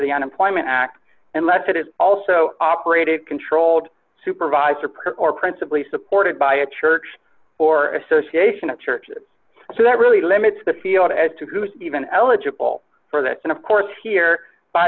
the unemployment act unless it is also operated controlled supervisor per or principally supported by a church or association of churches so that really limits the field as to who's even eligible for that and of course here by